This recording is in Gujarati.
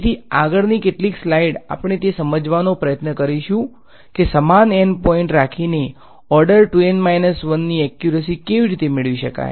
તેથી આગળની કેટલીક સ્લાઇડ્સ આપણે એ સમજવાનો પ્રયત્ન કરીશું કે સમાન N પોઈન્ટને રાખીને ઓર્ડર 2 N 1 ની એક્યુરસી કેવી રીતે મેળવી શકાય